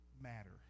matter